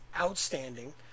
outstanding